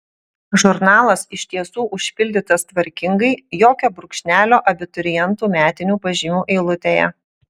žurnalas iš tiesų užpildytas tvarkingai jokio brūkšnelio abiturientų metinių pažymių eilutėje